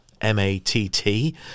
M-A-T-T